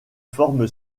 forme